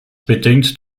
bedingt